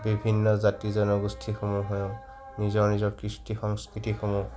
বিভিন্ন জাতি জনগোষ্ঠীসমূহেও নিজৰ নিজৰ কৃষ্টি সংস্কৃতিসমূহ